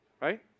right